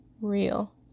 Real